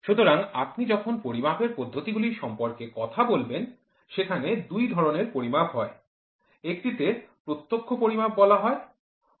সুতরাং আপনি যখন পরিমাপের পদ্ধতিগুলি সম্পর্কে কথা বলবেন সেখানে দুই ধরণের পরিমাপ হয় একটিকে প্রত্যক্ষ পরিমাপ বলা হয় অন্যটিকে পরোক্ষ পরিমাপ বলা হয়